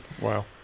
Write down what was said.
Wow